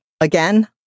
again